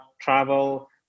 travel